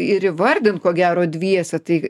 ir įvardint ko gero dviese tai